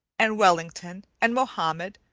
and wellington, and mohammed,